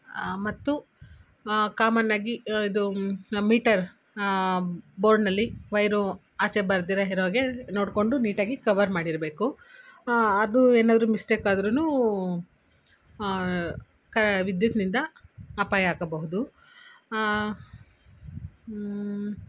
ಮತ್ತು ಕಾಮನ್ ಆಗಿ ಇದು ಮೀಟರ್ ಬೋರ್ಡ್ನಲ್ಲಿ ವೈರು ಆಚೆ ಬರದಿರೋ ಇರೋ ಹಾಗೆ ನೋಡಿಕೊಂಡು ನೀಟಾಗಿ ಕವರ್ ಮಾಡಿರಬೇಕು ಅದು ಏನಾದ್ರು ಮಿಸ್ಟೇಕ್ ಆದರೂನು ವಿದ್ಯುತ್ತಿನಿಂದ ಅಪಾಯ ಆಗಬಹುದು